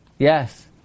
Yes